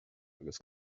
agus